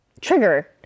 trigger